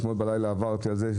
אתמול בלילה עברתי על זה.